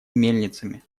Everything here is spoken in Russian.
мельницами